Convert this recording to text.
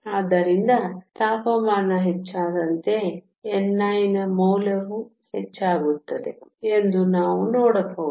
ಆದ್ದರಿಂದ ತಾಪಮಾನ ಹೆಚ್ಚಾದಂತೆ ni ನ ಮೌಲ್ಯವೂ ಹೆಚ್ಚಾಗುತ್ತದೆ ಎಂದು ನಾವು ನೋಡಬಹುದು